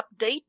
update